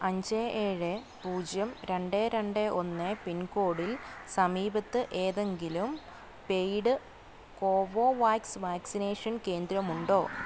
അഞ്ച് ഏഴ് പൂജ്യം രണ്ട് രണ്ട് ഒന്ന് പിൻകോഡിൽ സമീപത്ത് ഏതെങ്കിലും പെയ്ഡ് കോവോവാക്സ് വാക്സിനേഷൻ കേന്ദ്രമുണ്ടോ